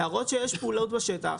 להראות שיש פעולות בשטח,